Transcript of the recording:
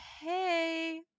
hey